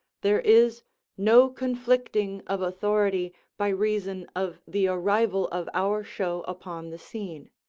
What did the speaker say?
there is no conflicting of authority by reason of the arrival of our show upon the scene.